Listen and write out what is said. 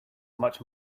much